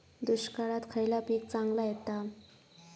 दुष्काळात खयला पीक चांगला येता?